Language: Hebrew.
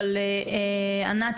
אבל ענת,